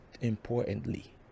importantly